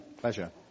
Pleasure